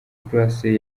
grace